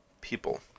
people